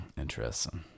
Interesting